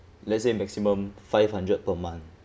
let's say maximum five hundred per month